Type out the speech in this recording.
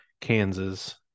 kansas